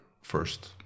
first